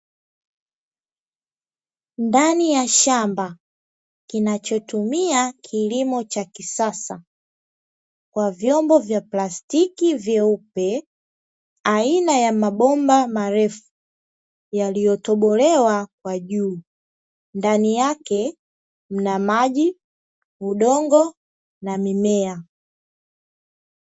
Ndani ya shamba, kinachotumia kilimo cha kisasa, kwa vyombo vya plastiki, vyeupe aina ya mabomba marefu yaliyo tobolewa kwa juu, ndani yake mna maji udongo na mimea.